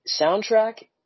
soundtrack